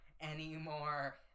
anymore